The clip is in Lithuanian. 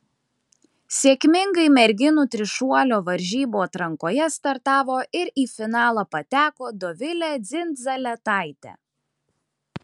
sėkmingai merginų trišuolio varžybų atrankoje startavo ir į finalą pateko dovilė dzindzaletaitė